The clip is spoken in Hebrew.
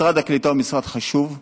משרד הקליטה הוא משרד חשוב.